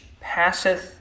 passeth